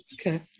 Okay